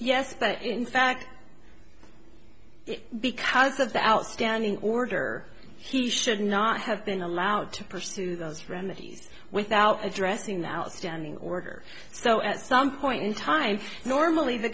but in fact because of the outstanding order he should not have been allowed to pursue those remedies without addressing the outstanding order so at some point in time normally the